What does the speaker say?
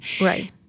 Right